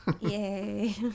Yay